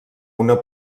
una